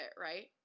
right